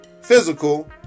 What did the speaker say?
physical